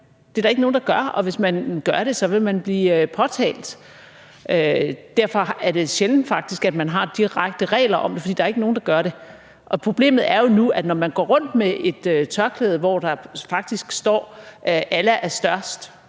Det er der ikke nogen der gør, og hvis man gør det, så vil man få det påtalt. Derfor er det faktisk sjældent, at man har direkte regler om det, for der er ikke nogen, der gør det. Problemet er jo nu, at når man går rundt med et tørklæde, hvor der faktisk står, at Allah er størst,